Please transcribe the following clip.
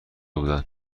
بودند